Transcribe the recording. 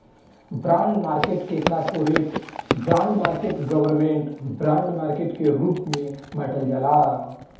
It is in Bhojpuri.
बॉन्ड मार्केट के corporate bond market government bond market के रूप में बॉटल जाला